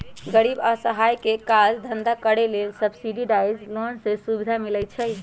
गरीब असहाय के काज धन्धा करेके लेल सब्सिडाइज लोन के सुभिधा मिलइ छइ